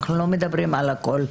אנחנו לא מדברים על הכול.